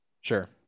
Sure